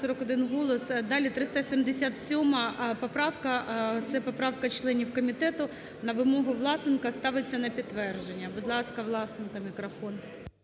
Далі 377 поправка. Це поправка членів комітету, на вимогу Власенка ставиться на підтвердження. Будь ласка, Власенко, мікрофон.